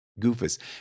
Goofus